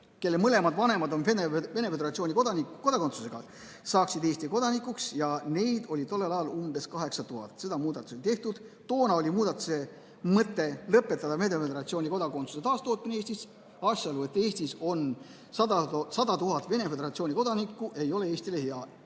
kelle mõlemad vanemad on Venemaa Föderatsiooni kodakondsusega, võiksid saada Eesti kodanikuks, ja neid oli tollel ajal umbes 8000. Seda muudatust ei tehtud. Toona oli pakutud muudatuse mõte lõpetada Venemaa Föderatsiooni kodakondsuse taastootmine Eestis. Asjaolu, et Eestis on 100 000 Venemaa Föderatsiooni kodanikku, ei ole Eestile hea.